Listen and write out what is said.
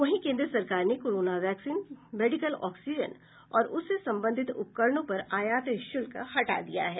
वहीं केन्द्र सरकार ने कोरोना वैक्सीन मेडिकल ऑक्सीजन और उससे संबंधित उपकरणों पर आयात शुल्क हटा दिया है